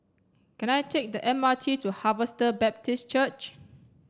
can I take the M R T to Harvester Baptist Church